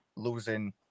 losing